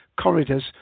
corridors